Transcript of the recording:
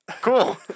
Cool